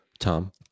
Tom